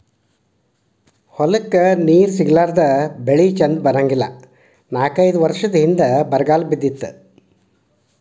ಹೊಲಕ್ಕ ನೇರ ಸಿಗಲಾರದ ಬೆಳಿ ಚಂದ ಬರಂಗಿಲ್ಲಾ ನಾಕೈದ ವರಸದ ಹಿಂದ ಬರಗಾಲ ಬಿದ್ದಿತ್ತ